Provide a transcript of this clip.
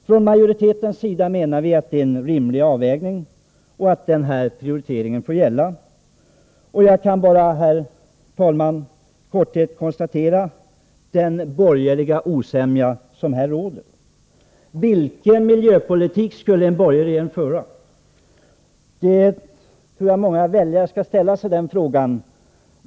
Från majoritetens sida menar vi att man gjort en rimlig avvägning och att den aktuella prioriteringen får gälla. Jag kan bara, herr talman, helt kort konstatera att de borgerliga råkat i osämja. Vilken miljöpolitik skulle en borgerlig regering föra? Det tror jag att många väljare skall fråga sig.